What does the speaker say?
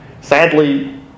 Sadly